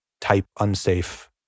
type-unsafe